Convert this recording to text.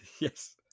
Yes